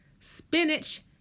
spinach